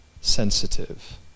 sensitive